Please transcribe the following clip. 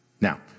Now